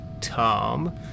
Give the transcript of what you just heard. Tom